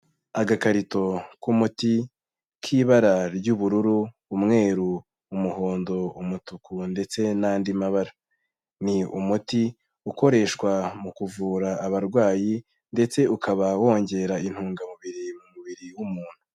Agakarito k'umuti k'ibara ry'ubururu, umweru, umuhondo, umutuku ndetse n'andi mabara. Ni umuti ukoreshwa mu kuvura abarwayi ndetse ukaba wongera intungamubiri mu mubiri w'umuntu.